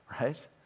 Right